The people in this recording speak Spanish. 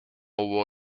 hubo